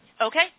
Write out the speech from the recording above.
Okay